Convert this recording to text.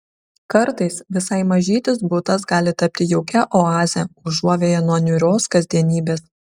kartais visai mažytis butas gali tapti jaukia oaze užuovėja nuo niūrios kasdienybės